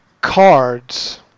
cards